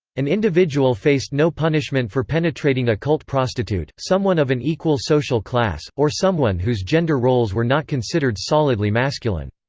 an individual faced no punishment for penetrating a cult prostitute, someone of an equal social class, or someone whose gender roles were not considered solidly masculine.